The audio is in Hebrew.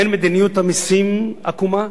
הן מדיניות המסים עקומה,